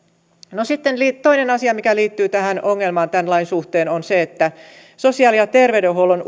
no sitten toinen asia mikä liittyy tähän ongelmaan tämän lain suhteen on se että sosiaali ja terveydenhuollon